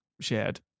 shared